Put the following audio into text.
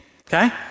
okay